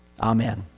Amen